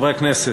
חברי הכנסת,